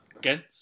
Again